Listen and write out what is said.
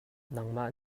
nangmah